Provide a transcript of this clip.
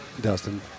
Dustin